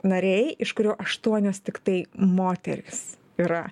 nariai iš kurių aštuonios tiktai moterys yra